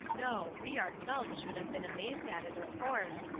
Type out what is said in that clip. no we ourselves should have been amazed at it, of course,